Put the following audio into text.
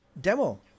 demo